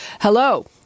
Hello